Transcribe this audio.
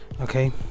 okay